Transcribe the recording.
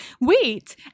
wait